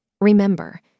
Remember